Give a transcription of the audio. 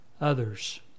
others